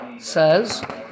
says